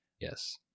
Yes